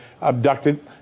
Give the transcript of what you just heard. abducted